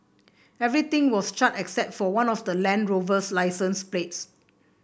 everything was charred except for one of the Land Rover's licence plates